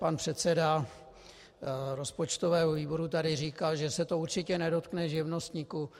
Pan předseda rozpočtového výboru tady říkal, že se to určitě nedotkne živnostníků.